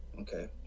Okay